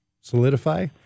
solidify